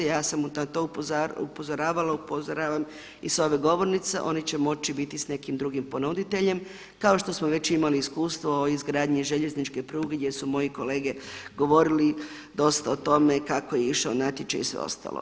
Ja sam na to upozoravala, upozoravam i s ove govornice, oni će moći biti s nekim drugim ponuditeljem kao što smo već imali iskustvo o izgradnji željezničke pruge gdje su moji kolege govorili dosta o tome kako je išao natječaj i sve ostalo.